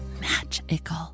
magical